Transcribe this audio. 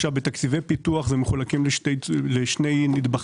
תקציבי פיתוח מחולקים לשני נדבכים,